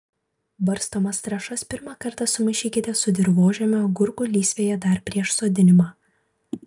barstomas trąšas pirmą kartą sumaišykite su dirvožemiu agurkų lysvėje dar prieš sodinimą